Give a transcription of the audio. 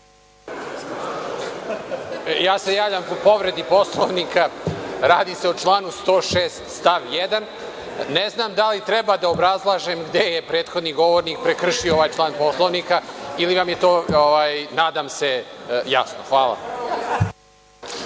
Javljam se po povredi Poslanika, radi se o članu 106. stav 1.Ne znam da li treba da obrazlažem gde je prethodni govornik prekršio ovaj član Poslovnika ili nam je to, nadam se, jasno. Hvala.